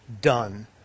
done